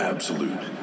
Absolute